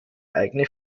eigene